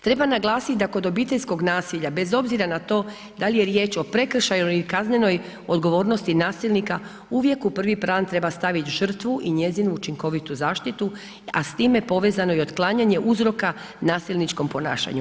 Treba naglasit da kod obiteljskog nasilja bez obzira na to dal je riječ o prekršaju ili kaznenoj odgovornosti nasilnika, uvijek u prvi plan treba stavit žrtvu i njezinu učinkovitu zaštitu, a s time povezano i otklanjanje uzroka nasilničkom ponašanju.